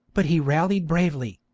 but he rallied bravely,